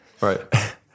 Right